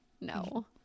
No